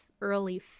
early